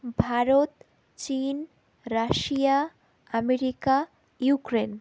ভারত চীন Russia America Ukraine